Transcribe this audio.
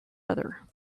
other